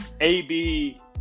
AB